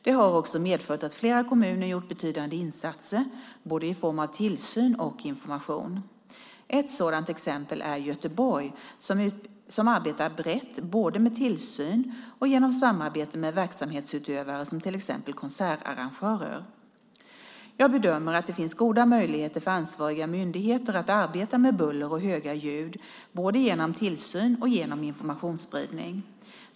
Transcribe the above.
Det har också medfört att flera kommuner gjort betydande insatser i form av både tillsyn och information. Ett sådant exempel är Göteborg som arbetar brett, både med tillsyn och genom samarbete med verksamhetsutövare som till exempel konsertarrangörer. Jag bedömer att det finns goda möjligheter för ansvariga myndigheter att arbeta med buller och höga ljud, både genom tillsyn och genom informationsspridning.